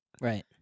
right